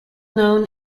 known